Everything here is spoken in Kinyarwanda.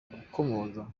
gukomoza